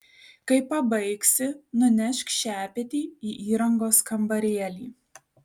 kai pabaigsi nunešk šepetį į įrangos kambarėlį